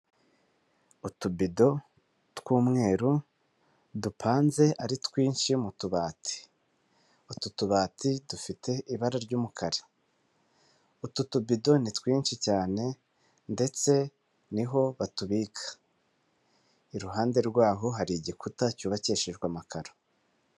Utubido tw'umweru dupanze ari twinshi mu tubati. Utu tubati dufite ibara ry'umukara. Utu tubidoni twinshi cyane ndetse niho batubika. Iruhande rwaho hari igikuta cyubakishijwe amakaro.